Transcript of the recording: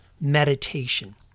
meditation